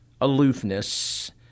aloofness